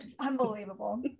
unbelievable